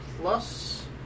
plus